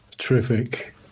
Terrific